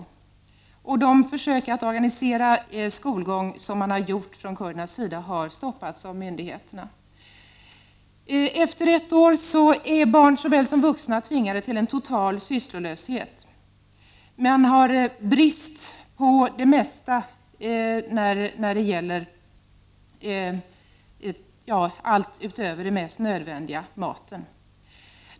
Kurdernas egna försök att organisera skolgång har stoppats av myndigheterna. Efter ett år är barn såväl som vuxna fortfarande tvingade till total sysslolöshet. De lider brist på allt utöver det nödvändigaste, nämligen maten.